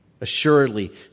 assuredly